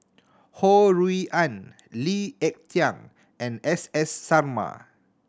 Ho Rui An Lee Ek Tieng and S S Sarma